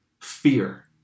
fear